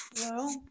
Hello